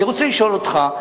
אני רוצה לשאול אותך,